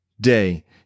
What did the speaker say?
day